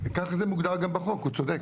ככה זה מוגדר גם בחוק, הוא צודק.